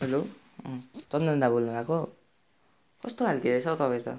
hello Chandan दा बोल्नुभएको कस्तो खालके रहेछ हो तपाईँ त